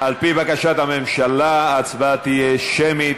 על-פי בקשת הממשלה, ההצבעה תהיה שמית.